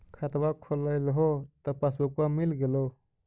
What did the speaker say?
खतवा खोलैलहो तव पसबुकवा मिल गेलो?